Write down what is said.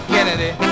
Kennedy